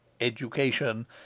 education